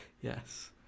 yes